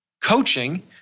coaching